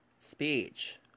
speech